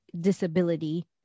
disability